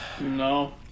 No